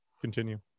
continue